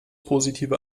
positive